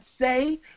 say